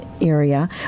Area